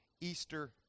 Easter